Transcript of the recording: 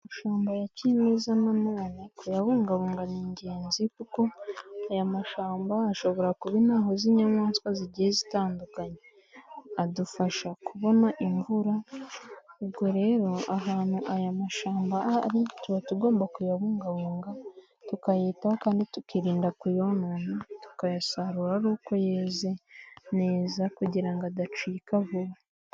Amashyamba yakimeza nanone kuyabungabunga ni ingenzi kuko aya mashyamba ashobora kuba intaho z'inyamaswa zigiye zitandukanye. Adufasha kubona imvura, ubwo rero ahantu aya mashyamba ari tuba tugomba kuyabungabunga tukayitaho kandi tukirinda kuyonona tukayasarura ari uko yeze neza kugira ngo adacika vuba.